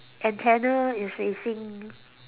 antenna is facing